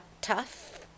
tough